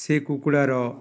ସେ କୁକୁଡ଼ାର